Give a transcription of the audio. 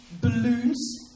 balloons